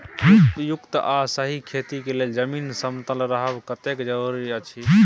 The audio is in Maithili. उपयुक्त आ सही खेती के लेल जमीन समतल रहब कतेक जरूरी अछि?